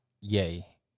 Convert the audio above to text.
yay